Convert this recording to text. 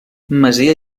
masia